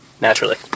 Naturally